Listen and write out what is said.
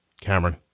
Cameron